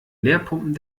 leerpumpen